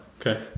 Okay